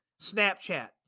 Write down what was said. Snapchat